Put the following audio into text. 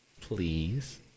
Please